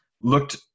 looked